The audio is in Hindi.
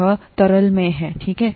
यह तरल में है ठीक है